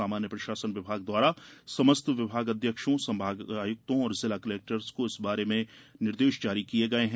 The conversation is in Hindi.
सामान्य प्रशासन विभाग द्वारा समस्त विभागाध्यक्षों संभागायुक्तों एवं जिला कलेक्टर्स को इस बारे में निर्देश जारी किये गये हैं